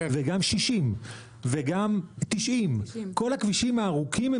גם 60 וגם 90. כל הכבישים הארוכים הם